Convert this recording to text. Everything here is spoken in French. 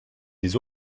des